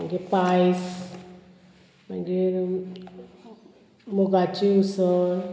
मागीर पायस मागीर मुगाची उसळ